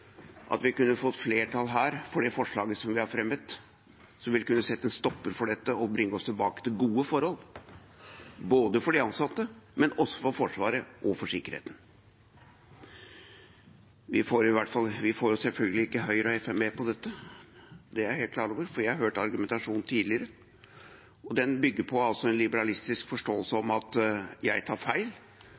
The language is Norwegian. vi kunne fått flertall for det forslaget vi har fremmet, som ville kunne sette en stopper for dette og bringe oss tilbake til gode forhold for de ansatte og også for Forsvaret og for sikkerheten. Vi får selvfølgelig ikke Høyre og Fremskrittspartiet med på dette, det er jeg helt klar over, for jeg har hørt argumentasjonen tidligere. Den bygger på en liberalistisk forståelse av at jeg tar feil,